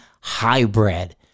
hybrid